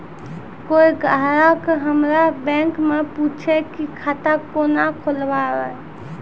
कोय ग्राहक हमर बैक मैं पुछे की खाता कोना खोलायब?